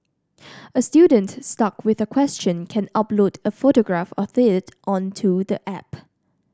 a student stuck with a question can upload a photograph of it onto the app